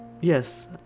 yes